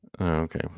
Okay